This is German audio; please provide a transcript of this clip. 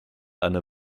eine